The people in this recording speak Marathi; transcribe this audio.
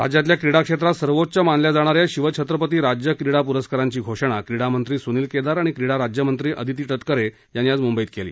राज्यातल्या क्रीडा क्षेत्रात सर्वोच्च मानल्या जाणाऱ्या शिवछत्रपती राज्य क्रीडा पुरस्कारांची घोषणा क्रीडा मंत्री सुनील केदार आणि क्रीडा राज्यमंत्री आदिती तटकरे यांनी आज मंबईत केली